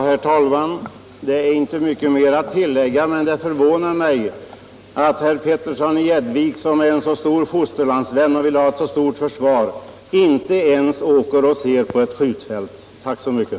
Herr talman! Det är inte mycket mer att tillägga, men det förvånar mig att herr Petersson i Gäddvik, som är en stor fosterlandsvän och vill ha ett omfattande försvar, inte ens åker och ser på ett skjutfält. Tack så mycket.